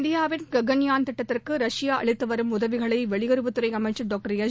இந்தியாவின் ககன்யான் திட்டத்திற்கு ரஷ்யா அளித்துவரும் உதவிகளை வெளியுறவுத் துறை அமைச்சர் டாக்டர் எஸ்